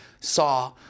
saw